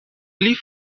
pli